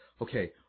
Okay